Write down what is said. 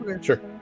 sure